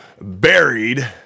Buried